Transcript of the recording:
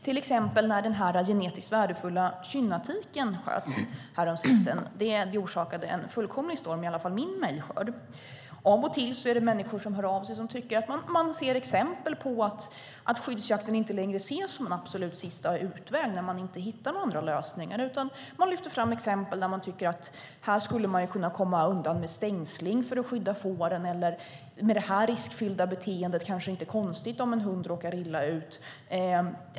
Till exempel när den genetiskt värdefulla Kynnatiken sköts häromsistens orsakade det en fullkomlig storm i min mejlskörd. Av och till är det människor som hör av sig och tycker att man ser exempel på att skyddsjakten inte längre ses som en absolut sista utväg när man inte hittar andra lösningar. De lyfter fram exempel där man tycker att det skulle kunna gå att komma undan med stängsling för att skydda fåren. Det kan också handla om att det kanske inte är så konstigt om en hund med ett riskfyllt beteende råkar illa ut.